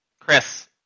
Chris